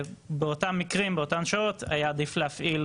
באותם המקרים ובאותן השעות היה עדיף להפעיל